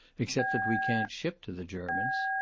except that we can't ship to the germans.